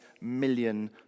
million